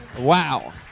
wow